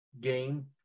game